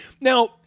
now